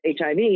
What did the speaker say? HIV